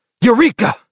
Eureka